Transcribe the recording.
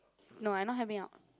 no I not helping out